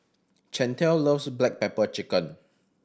Chantel loves black pepper chicken